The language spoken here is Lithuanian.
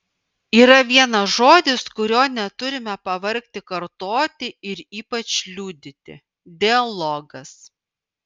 yra vienas žodis kurio neturime pavargti kartoti ir ypač liudyti dialogas